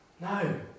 No